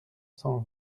cent